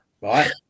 right